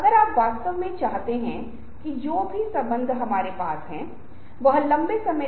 अन्य चीजों में से एक जिसे मैं बताना चाहता हूं वह है कोई व्यक्ति हमेशा देख रहा है और रिकॉर्डिंग कर रहा है